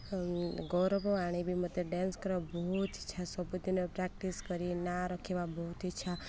ଗୌରବ ଆଣିବି ମୋତେ ଡ୍ୟାନ୍ସ କରିବା ବହୁତ ଇଚ୍ଛା ସବୁଦିନ ପ୍ରାକ୍ଟିସ୍ କରି ନାଁ ରଖିବା ବହୁତ ଇଚ୍ଛା